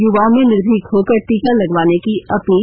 युवाओं से निर्भीक होकर टीका लगवाने की अपील